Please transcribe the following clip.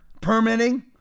permitting